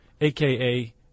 AKA